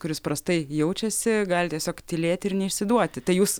kuris prastai jaučiasi gali tiesiog tylėti ir neišsiduoti tai jūs